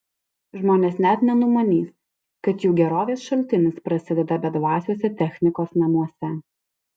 žmonės net nenumanys kad jų gerovės šaltinis prasideda bedvasiuose technikos namuose